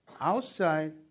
Outside